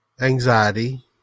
anxiety